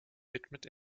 widmet